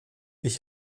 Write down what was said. ich